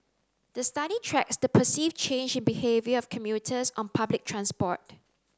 the study tracks the perceived change in behaviour of commuters on public transport